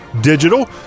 Digital